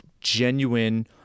genuine